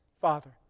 Father